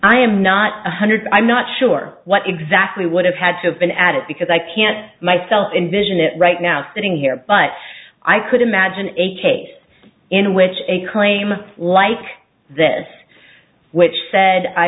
i am not one hundred i'm not sure what exactly would have had to have been added because i can't myself invision it right now sitting here but i could imagine a case in which a claim like this which said i